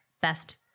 best